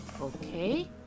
Okay